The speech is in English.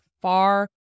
far